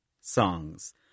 songs